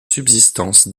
subsistance